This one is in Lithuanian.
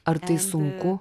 ar tai sunku